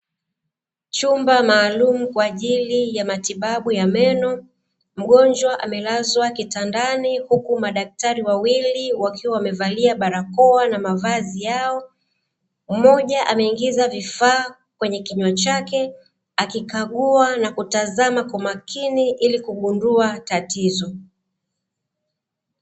Chumba maalumu kwa ajili ya matibabu ya meno. Mgonjwa amelazwa kitandani huku madaktari wawili wakiwa wamevalia barakoa na mavazi yao, mmoja ameingiza vifaa kwenye kinywa chake akikagua na kutazama kwa makini ili kugundua tatizo.